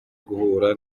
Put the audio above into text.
guhura